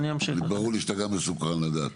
ברור לי שאתה גם מסוקרן לדעת.